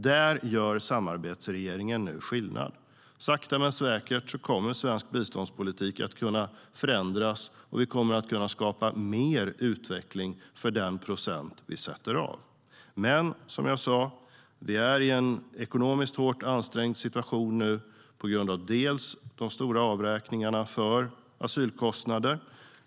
Där gör samarbetsregeringen nu skillnad. Sakta men säkert kommer svensk biståndspolitik att kunna förändras, och vi kommer att kunna skapa mer utveckling för den procent vi sätter av. Men som jag sa är vi i en ekonomiskt hårt ansträngd situation nu. Det beror delvis på de stora avräkningarna för asylkostnader.